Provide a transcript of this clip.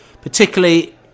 particularly